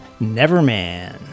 Neverman